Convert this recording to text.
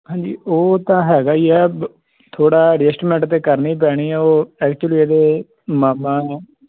ਹਾਂਜੀ ਉਹ ਤਾਂ ਹੈਗਾ ਹੀ ਹੈ ਥੋੜ੍ਹਾ ਐਡਸਟਮੈਂਟ ਤਾਂ ਕਰਨੀ ਪੈਣੀ ਹੈ ਉਹ ਐਕਚੁਲੀ ਇਹਦੇ ਮਾਮਾ ਨੇ